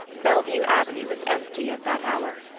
bellevue avenue was empty at that hour,